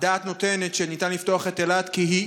הדעת נותנת שניתן לפתוח את אילת כי היא